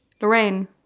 Lorraine